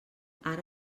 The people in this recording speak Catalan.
ara